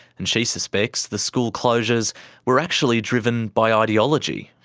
and she suspects the school closures were actually driven by ah ideology.